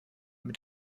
mit